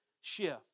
shift